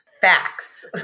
Facts